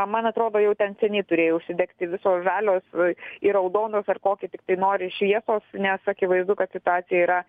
man atrodo jau ten seniai turėjo užsidegti visos žalios ir raudonos ar kokį tiktai nori šviesos nes akivaizdu kad situacija yra